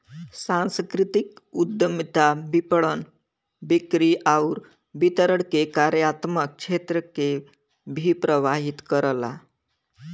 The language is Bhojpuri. सांस्कृतिक उद्यमिता विपणन, बिक्री आउर वितरण के कार्यात्मक क्षेत्र के भी प्रभावित करला